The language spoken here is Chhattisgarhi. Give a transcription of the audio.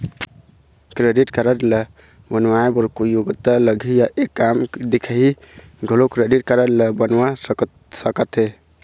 क्रेडिट कारड ला बनवाए बर कोई योग्यता लगही या एक आम दिखाही घलो क्रेडिट कारड बनवा सका थे?